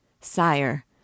Sire